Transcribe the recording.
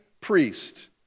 priest